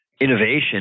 innovation